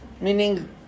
meaning